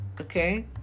Okay